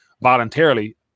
voluntarily